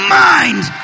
mind